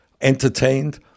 entertained